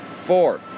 Four